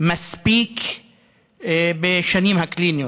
בשנים הקליניות,